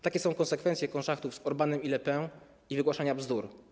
Takie są konsekwencje konszachtów z Orbánem i Le Pen i wygłaszania bzdur.